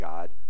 God